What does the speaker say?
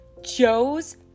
Joe's